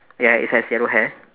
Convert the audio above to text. ya he has yellow hair